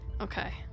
Okay